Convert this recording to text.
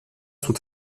sont